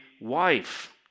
wife